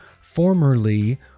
formerly